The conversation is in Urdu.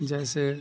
جیسے